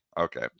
Okay